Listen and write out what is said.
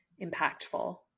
impactful